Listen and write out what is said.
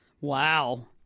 Wow